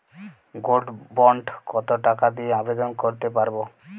Gold bond কত টাকা দিয়ে আবেদন করতে পারবো?